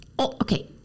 okay